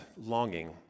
longing